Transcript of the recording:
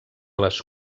les